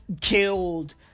killed